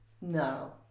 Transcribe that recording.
no